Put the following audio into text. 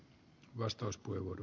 arvoisa puhemies